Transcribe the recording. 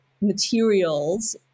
materials